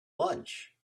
lunch